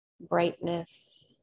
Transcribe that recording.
brightness